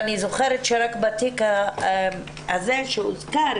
אני זוכרת שרק בתיק הזה שהוזכר,